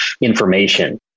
information